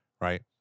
right